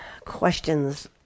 questions